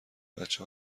بچه